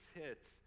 hits